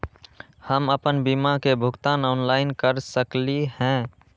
हम अपन बीमा के भुगतान ऑनलाइन कर सकली ह?